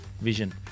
vision